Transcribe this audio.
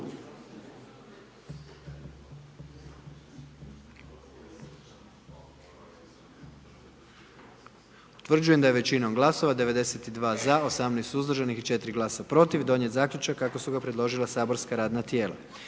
Utvrđujem da je većinom glasova 78 za i 1 suzdržan i 20 protiv donijet zaključak kako ga je predložilo matično saborsko radno tijelo.